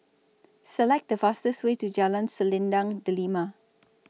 Select The fastest Way to Jalan Selendang Delima